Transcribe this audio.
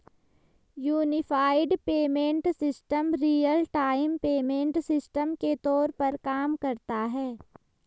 unified payment system real time payment system के तौर पर काम करता है